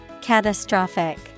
Catastrophic